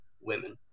women